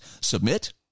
Submit